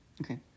okay